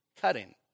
cutting